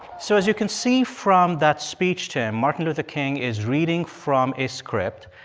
so as you can see from that speech, tim, martin luther king is reading from a script.